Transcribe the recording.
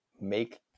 make